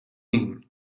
min